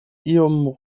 iom